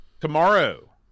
tomorrow